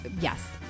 yes